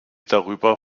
darüber